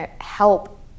help